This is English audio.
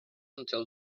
until